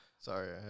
Sorry